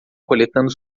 coletando